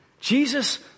Jesus